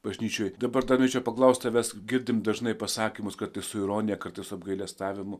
bažnyčioje departamente paklausti tavęs girdime dažnai pasakymas kad su ironija kartu su apgailestavimu